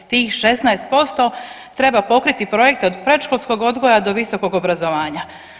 Tih 16% treba pokriti projekte od predškolskog odgoja do visokog obrazovanja.